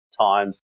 times